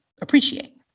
appreciate